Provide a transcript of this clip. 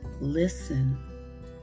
Listen